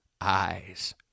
eyes